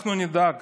אנחנו נדאג